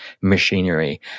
machinery